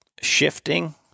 shifting